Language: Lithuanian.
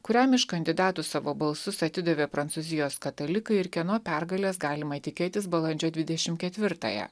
kuriam iš kandidatų savo balsus atidavė prancūzijos katalikai ir kieno pergalės galima tikėtis balandžio dvidešim ketvirtąją